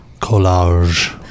Collage